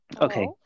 okay